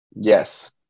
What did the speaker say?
Yes